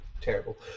terrible